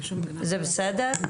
זה בסדר?